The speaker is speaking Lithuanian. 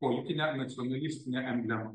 politine nacionalistine emblema